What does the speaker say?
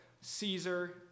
Caesar